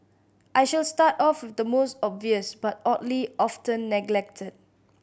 I shall start off with the most obvious but oddly often neglected